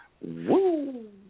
Woo